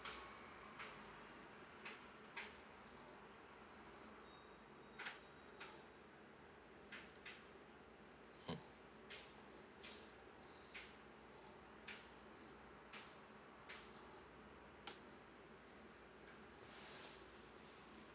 mm